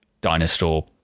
dinosaur